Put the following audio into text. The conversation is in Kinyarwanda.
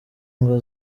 ngo